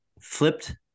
flipped